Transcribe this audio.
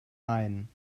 ein